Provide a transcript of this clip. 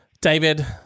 David